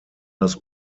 das